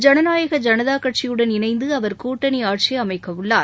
ஜனநாயக ஜனதா கட்சியுடன் இணைந்து அவர் கூட்டணி ஆட்சி அமைக்க உள்ளார்